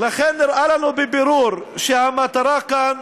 נראה לנו בבירור שהמטרה כאן,